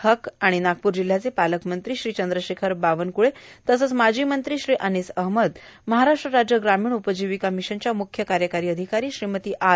हक आणि नागपूर जिल्ह्याचे पालकमंत्री श्री चंद्रशेखर बावनकुळे तसंच माजी मंत्री श्री अनीस अहमद महाराष्ट्र राज्य ग्रामीण उपजिवीका मिशनच्या मुख्यकार्यकारी अधिकारी श्रीमती आर